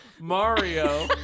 Mario